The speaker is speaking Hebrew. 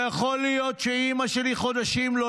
לא יכול להיות שאימא שלי חודשים לא